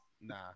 Nah